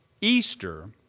Easter